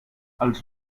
els